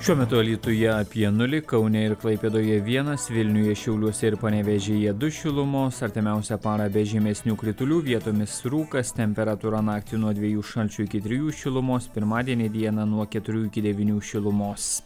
šiuo metu alytuje apie nulį kaune ir klaipėdoje vienas vilniuje šiauliuose ir panevėžyje du šilumos artimiausią parą be žymesnių kritulių vietomis rūkas temperatūra naktį nuo dviejų šalčio iki trijų šilumos pirmadienį dieną nuo keturių iki devynių šilumos